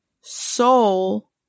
soul